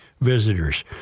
visitors